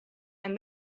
and